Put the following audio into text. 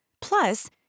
Plus